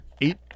eight